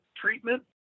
treatment